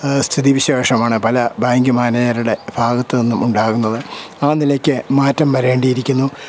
സ്ഥിതി വിശേഷമാണ് പല ബാങ്ക് മാനേജറുടെ ഭാഗത്തു നിന്നും ഉണ്ടാകുന്നത് ആ നിലക്ക് മാറ്റം വരേണ്ടിയിരിക്കുന്നു